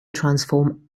transform